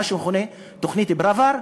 מה שמכונה תוכנית פראוור,